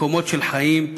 מקומות של חיים,